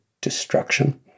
destruction